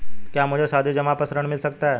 क्या मुझे सावधि जमा पर ऋण मिल सकता है?